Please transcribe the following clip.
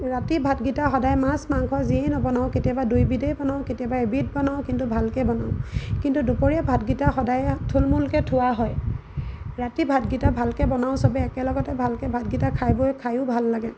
ৰাতিও ৰাতি ভাতকেইটা সদায় মাছ মাংস যিয়ে নবনাওঁ কেতিয়াবা দুইবিধেই বনাওঁ কেতিয়াবা এবিধ বনাওঁ কিন্তু ভালকৈ বনাওঁ কিন্তু দুপৰীয়া ভাতকেইটা সদায় থুলমূলকে থোৱা হয় ৰাতি ভাতকেইটা ভালকৈ বনাওঁ সবে একেলগতে ভালকৈ ভাতকেইটা খাই বৈ খায়ো ভাল লাগে